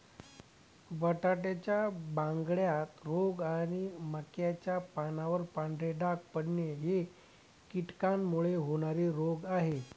बटाट्यात बांगड्या रोग आणि मक्याच्या पानावर पांढरे डाग पडणे हे कीटकांमुळे होणारे रोग आहे